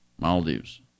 Maldives